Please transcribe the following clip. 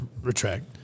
retract